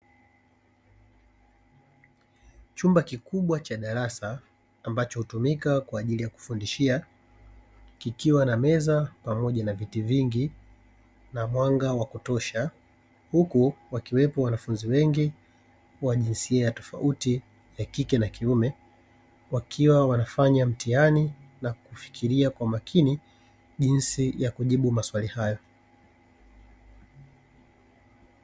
Chumba kikubwa cha darasa ambacho hutumika kwa ajili ya kufundishia kikiwa na meza pamoja na viti vingi na mwanga wa kutosha huku wakiwepo wanafunzi wengi wa jinsia tofauti ya kike na kiume, wakiwa wanafanya mtihani na kufikilia kwa makini jinsi ya kujibu maswali hayo.